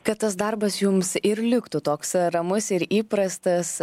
kad tas darbas jums ir liktų toks ramus ir įprastas